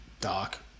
dark